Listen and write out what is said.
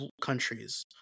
countries